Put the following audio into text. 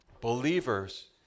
Believers